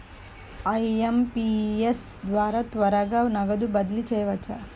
IMPS ద్వారా త్వరగా నగదు బదిలీ చేయవచ్చునా?